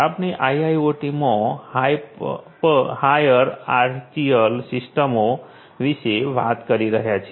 આપણે આઈઆઈઓટીમાં હાયરઆર્ચિકલ સિસ્ટમો વિશે વાત કરી રહ્યા છીએ